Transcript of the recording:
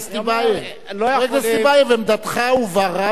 חבר הכנסת טיבייב, עמדתך הובהרה בצורה ברורה.